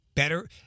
Better